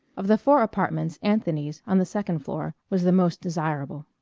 of the four apartments anthony's, on the second floor, was the most desirable.